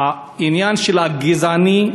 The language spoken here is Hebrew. בעניין של הגזענות,